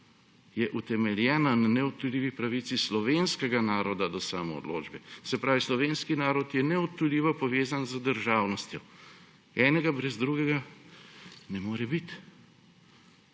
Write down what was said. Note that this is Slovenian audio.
je utemeljena na neodtujljivi pravici slovenskega naroda do samoodločbe; se pravi, slovenski narod je neodtujljivo povezan z državnostjo. Enega brez drugega ne more biti.